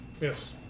Yes